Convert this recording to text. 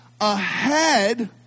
ahead